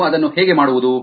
ನಾವು ಅದನ್ನು ಹೇಗೆ ಮಾಡುವುದು